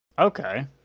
okay